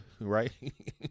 Right